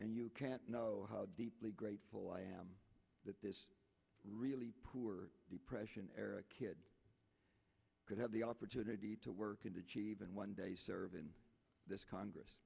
and you can't know how deeply grateful i am that this really poor depression era kid could have the opportunity to work and achieve and one day serve in this congress